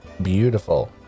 beautiful